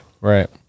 right